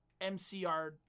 MCR